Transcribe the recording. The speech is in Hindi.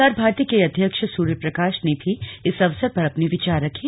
प्रसार भारती के अध्यक्ष सूर्यप्रकाश ने भी इस अवसर पर अपने विचार रखे